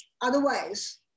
Otherwise